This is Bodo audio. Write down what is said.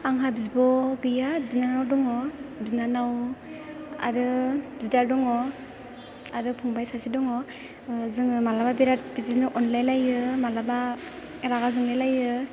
आंहा बिब' गैया बिनानाव दङ बिनानाव आरो बिदा दङ आरो फंबाय सासे दङ जोङो मालाबा बिराथ बिदिनो अनज्लायलायो मालाबा रागा जोंलायलायो